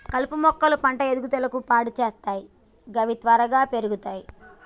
కలుపు మొక్కలు పంట ఎదుగుదలను పాడు సేత్తయ్ గవి త్వరగా పెర్గుతయ్